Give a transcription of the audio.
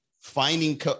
finding